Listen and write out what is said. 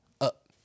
up